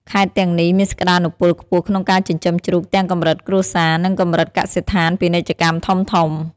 ខេត្តទាំងនេះមានសក្ដានុពលខ្ពស់ក្នុងការចិញ្ចឹមជ្រូកទាំងកម្រិតគ្រួសារ និងកម្រិតកសិដ្ឋានពាណិជ្ជកម្មធំៗ។